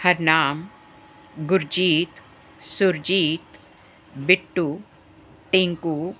Harnam Gurjeet Surjeet Bittu Tinku